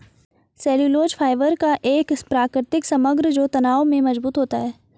cellulose fibre का एक प्राकृतिक समग्र जो तनाव में मजबूत होता है